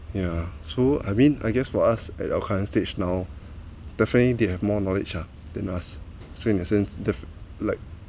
yeah so I mean I guess for us at our current stage now definitely they have more knowledge ah than us so in a sense that like